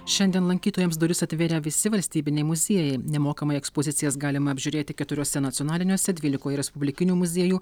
šiandien lankytojams duris atverė visi valstybiniai muziejai nemokamai ekspozicijas galima apžiūrėti keturiuose nacionaliniuose dvylikoj respublikinių muziejų